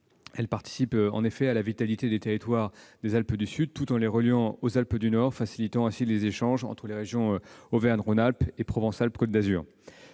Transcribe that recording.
Celle-ci participe, en effet, à la vitalité des territoires des Alpes du Sud, tout en les reliant aux Alpes du Nord, facilitant ainsi les échanges entre les régions Auvergne-Rhône-Alpes et Provence-Alpes-Côte d'Azur.